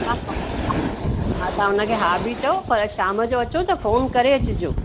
हा हा हा तां हुनखे हा बि चओ पर शाम जो अचो त फोन करे अचिजो